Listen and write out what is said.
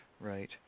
right